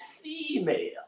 female